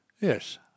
Yes